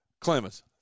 Clemens